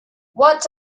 what